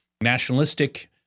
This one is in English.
nationalistic